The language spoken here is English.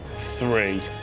three